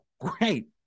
great